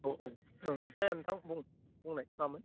औ औ ओं दे नोंथां बुं बुंनाय मामोन